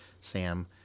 sam